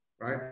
right